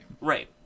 Right